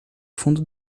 fundo